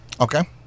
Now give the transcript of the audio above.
Okay